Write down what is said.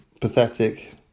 pathetic